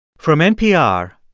from npr,